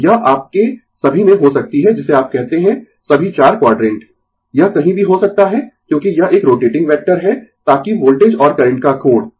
तो यह आपके सभी में हो सकती है जिसे आप कहते है सभी चार क्वाडरेंट यह कहीं भी हो सकता है क्योंकि यह एक रोटेटिंग वेक्टर है ताकि वोल्टेज और करंट का कोण